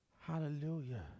hallelujah